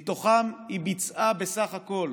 ומהם היא ביצעה בסך הכול